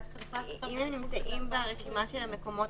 אם הם נמצאים ברשימה של המקומות